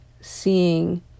seeing